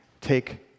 take